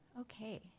Okay